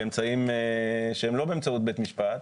באמצעים שהם לא באמצעות בית משפט,